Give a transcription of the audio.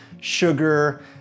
sugar